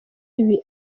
ibi